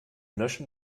löschen